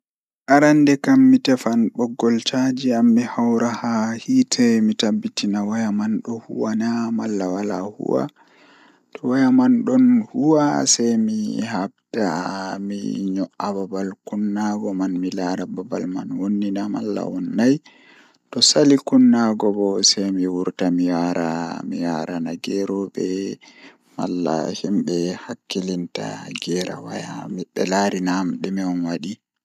Arande kam mi tefan boggol chaji am mi hawra haa hiite mi tabbitina waya man don huwa naa malla wal huwa to waya man don huwa mi habda mi nyo'a babal kunnago mi laara babal man wonni na malla wonnai to Sali konnago bo sei mi hoosa mi yarina geroobe malla himbe hakkilinta be gera waya be larina am dume on wadi.